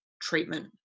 treatment